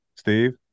Steve